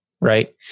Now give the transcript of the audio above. right